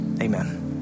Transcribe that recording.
Amen